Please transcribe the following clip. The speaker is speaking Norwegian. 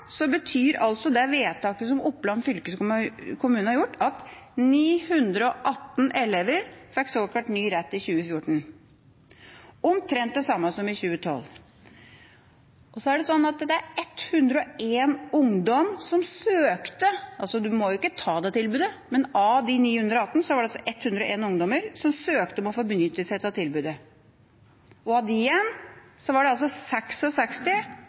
så er det slik at det er 101 ungdommer som søkte – en må jo ikke ta dette tilbudet, men av de 918 var det 101 ungdommer som søkte om å få benytte seg av tilbudet, og av dem igjen var det